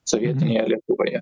sovietinėje lietuvoje